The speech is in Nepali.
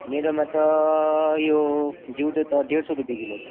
मेरोमा त यो जिउँदो त डेढ सय रुपियाँ किलो छ